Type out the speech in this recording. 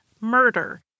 murder